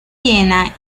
viena